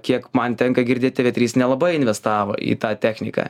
kiek man tenka girdėti tv trys nelabai investavo į tą techniką